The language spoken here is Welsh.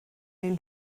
ein